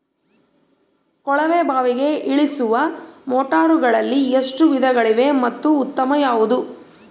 ಕೊಳವೆ ಬಾವಿಗೆ ಇಳಿಸುವ ಮೋಟಾರುಗಳಲ್ಲಿ ಎಷ್ಟು ವಿಧಗಳಿವೆ ಮತ್ತು ಉತ್ತಮ ಯಾವುದು?